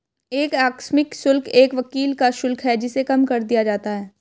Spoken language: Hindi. एक आकस्मिक शुल्क एक वकील का शुल्क है जिसे कम कर दिया जाता है